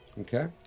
Okay